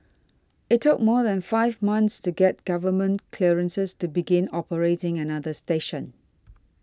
it took more than five months to get government clearances to begin operating another station